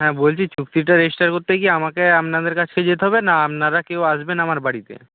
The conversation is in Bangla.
হ্যাঁ বলছি চুক্তিটা রেজিস্টার করতে কি আমাকে আপনাদের কাছে যেতে হবে না আপনারা কেউ আসবেন আমার বাড়িতে